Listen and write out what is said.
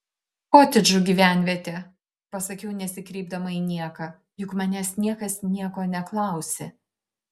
kotedžų gyvenvietė pasakiau nesikreipdama į nieką juk manęs niekas nieko neklausė